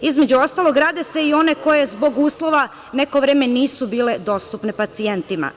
Između ostalog, rade se i one koje zbog uslova neko vreme nisu bile dostupne pacijentima.